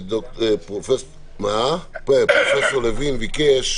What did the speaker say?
פרופ' לוין ביקש